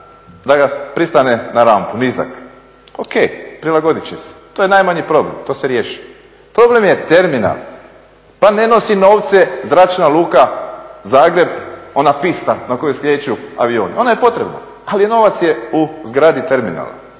da ga pristane na rampu, nizak. O.K, prilagoditi će se, to je najmanji problem, to se riješi. Problem je terminal, pa ne nosi novce Zračka luka Zagreb ona pista na koju slijeću avioni. Ona je potrebna ali novac je u zgradi terminala.